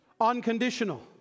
Unconditional